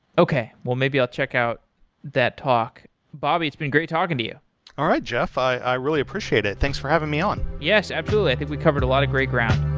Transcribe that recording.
okay, well maybe i'll check out that talk bobby, it's been great talking to you all right, jeff. i really appreciate it. thanks for having me on yes, absolutely. i think we covered a lot of great ground